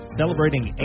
celebrating